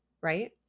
right